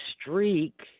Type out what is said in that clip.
streak